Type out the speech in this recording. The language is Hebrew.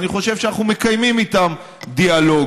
אני חושב שאנחנו מקיימים איתם דיאלוג.